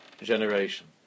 generation